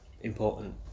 important